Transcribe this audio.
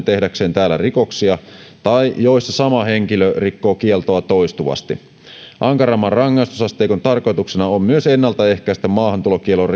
tehdäkseen täällä rikoksia tai joissa sama henkilö rikkoo kieltoa toistuvasti ankaramman rangaistusasteikon tarkoituksena on myös ennaltaehkäistä maahantulokiellon